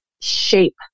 shape